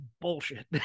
bullshit